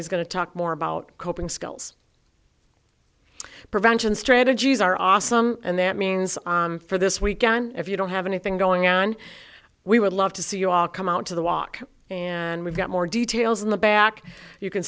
he's going to talk more about coping skills prevention strategies are awesome and that means for this weekend if you don't have anything going on we would love to see you all come out to the walk and we've got more details in the back you can